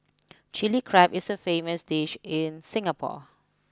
Chilli Crab is a famous dish in Singapore